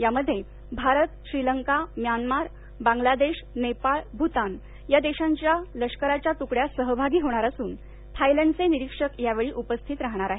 यामध्ये भारत श्रीलका म्यानमार बांगलादेश नेपाळ भूतान या देशांच्या लष्कराच्या तुकड्या सहभागी होणार असून थायलंडचे निरीक्षक यावेळी उपस्थित राहणार आहेत